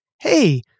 hey